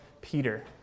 Peter